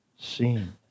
seen